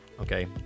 okay